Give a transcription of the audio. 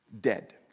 Dead